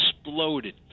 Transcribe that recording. exploded